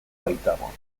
baitago